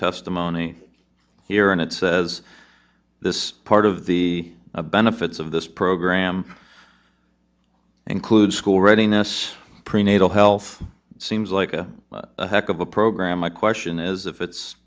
testimony here and it says this part of the benefits of this program include school readiness prenatal health seems like a heck of a program my question is if it's